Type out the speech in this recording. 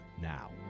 now